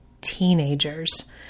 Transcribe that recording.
teenagers